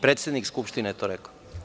Predsednik Skupštine je to rekao.